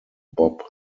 bob